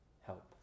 help